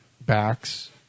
backs